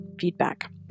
feedback